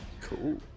Cool